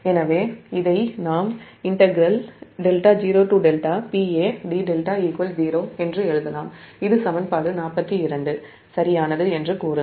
எனவே இதை நாம் 0 என்று எழுதலாம் இது சமன்பாடு 42 சரியானது என்று கூறுங்கள்